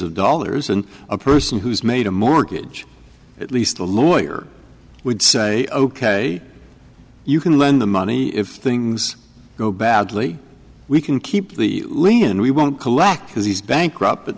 of dollars and a person who's made a mortgage at least a lawyer would say ok you can lend the money if the things go badly we can keep the lean and we won't collect because he's bankrupt